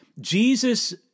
Jesus